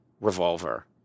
revolver